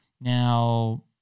Now